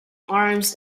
arms